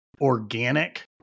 organic